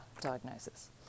diagnosis